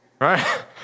right